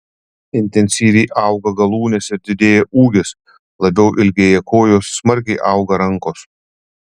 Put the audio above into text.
intensyviai auga galūnės ir didėja ūgis labiau ilgėja kojos smarkiai auga rankos